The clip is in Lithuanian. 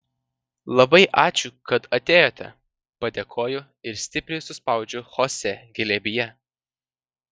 labai ačiū kad atėjote padėkoju ir stipriai suspaudžiu chosė glėbyje